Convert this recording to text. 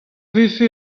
vefe